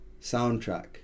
soundtrack